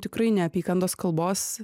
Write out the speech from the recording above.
tikrai neapykantos kalbos